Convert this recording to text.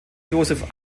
josef